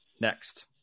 next